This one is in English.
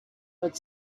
but